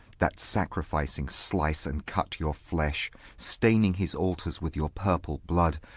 that, sacrificing, slice and cut your flesh, staining his altars with your purple blood,